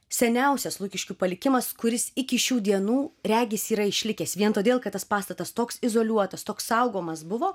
seniausias lukiškių palikimas kuris iki šių dienų regis yra išlikęs vien todėl kad pastatas toks izoliuotas toks saugomas buvo